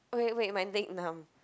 okay wait my leg numb